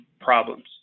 problems